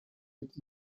mit